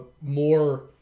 more